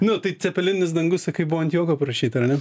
nu tai cepelininis dangus sakai buvo ant juoko parašyta ar ne